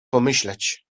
pomyśleć